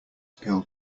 pill